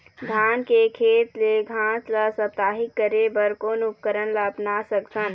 धान के खेत ले घास ला साप्ताहिक करे बर कोन उपकरण ला अपना सकथन?